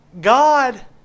God